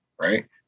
right